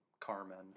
Carmen